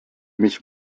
mich